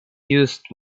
used